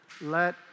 let